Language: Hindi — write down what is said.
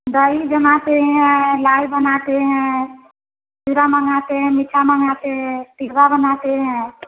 दही जमाते है लाल बनाते है चुरा मंगाते हैं मिट्ठा मंगाते है तिघवा बनाते हैं